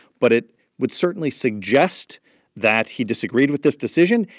but it would certainly suggest that he disagreed with this decision.